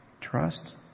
Trust